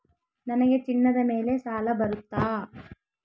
ನನಗೆ ಚಿನ್ನದ ಮೇಲೆ ಸಾಲ ಬರುತ್ತಾ?